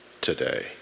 today